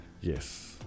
yes